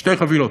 שתי חבילות.